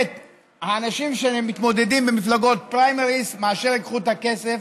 את האנשים שמתמודדים במפלגות פריימריז מאשר ייקחו את הכסף